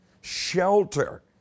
shelter